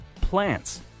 plants